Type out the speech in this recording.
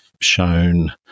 shown